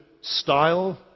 style